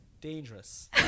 dangerous